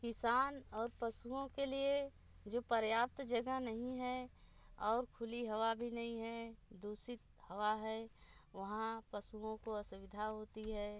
किसान और पशुओं के लिए जो पर्याप्त जगह नहीं है और खुली हवा भी नहीं है दूषित हवा है वहाँ पशुओं को असुविधा होती है